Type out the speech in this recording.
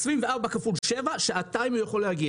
24 שעות כפול שבע רק